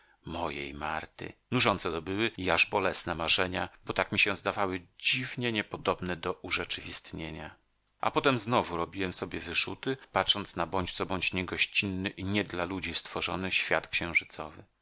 mojej marty nużące to były i aż bolesne marzenia bo tak mi się zdawały dziwnie niepodobne do urzeczywistnienia a potem znowu robiłem sobie wyrzuty patrząc na bądź co bądź niegościnny i nie dla ludzi stworzony świat księżycowy